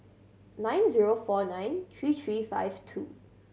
nine zero four nine three three five two